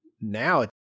now